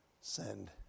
Send